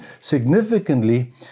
significantly